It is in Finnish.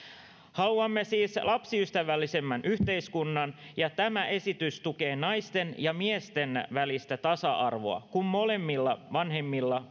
haluamme siis lapsiystävällisemmän yhteiskunnan ja tämä esitys tukee naisten ja miesten välistä tasa arvoa kun molemmilla vanhemmilla